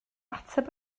ateb